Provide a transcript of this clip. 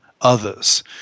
others